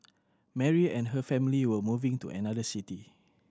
Mary and her family were moving to another city